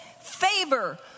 favor